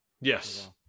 Yes